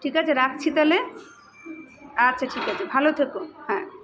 ঠিক আছে রাখছি তাহলে আচ্ছা ঠিক আছে ভালো থেকো হ্যাঁ